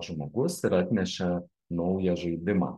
žmogus ir atnešė naują žaidimą